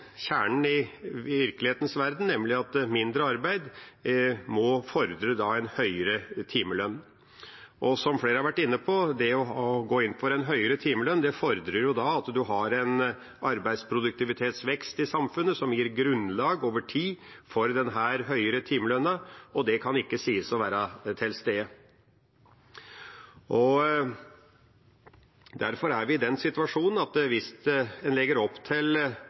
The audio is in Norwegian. kjernen i virkelighetens verden, nemlig at mindre arbeid må fordre en høyere timelønn. Og som flere har vært inne på: Det å gå inn for en høyere timelønn fordrer at en har en arbeidsproduktivitetsvekst i samfunnet som over tid gir grunnlag for denne høyere timelønna, og det kan ikke sies å være til stede. Derfor er vi i den situasjon at hvis en legger opp til